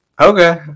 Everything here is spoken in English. Okay